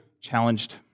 challenged